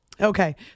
Okay